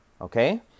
okay